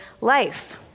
life